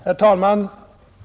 Herr talman!